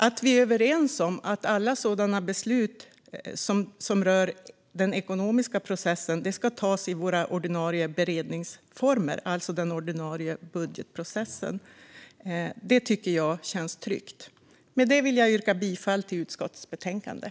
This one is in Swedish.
Att vi är överens om att alla beslut som rör den ekonomiska processen ska tas i våra ordinarie beredningsformer, alltså i den ordinarie budgetprocessen, tycker jag känns tryggt. Med detta vill jag yrka bifall till utskottets förslag.